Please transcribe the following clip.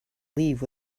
leave